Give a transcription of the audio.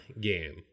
game